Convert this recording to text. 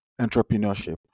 entrepreneurship